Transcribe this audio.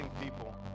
people